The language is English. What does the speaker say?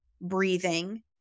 breathing